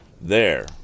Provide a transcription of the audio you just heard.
There